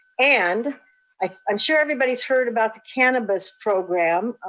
and i'm sure everybody's heard about the cannabis program.